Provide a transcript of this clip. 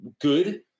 good